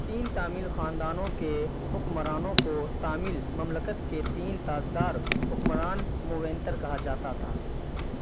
تین تامل خاندانوں کے حکمرانوں کو تامل مملکت کے تین تاجدار حکمران مووینتر کہا جاتا تھا